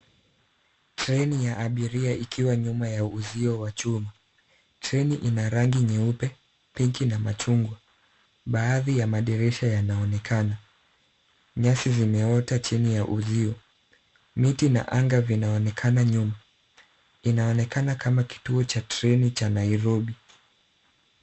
Treni ya abiria ikiwa nyuma ya uzio wa chuma, treni ina rangi nyeupe, pinki na machungwa. Baadhi ya madirisha yanaonekana, nyasi zimeota chini ya uzio. Miti na anga vinaonekana nyuma, inaonekana kama kituo cha treni cha Nairobi.